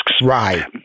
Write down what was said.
right